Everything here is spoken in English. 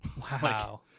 Wow